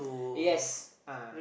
yes ah